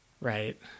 Right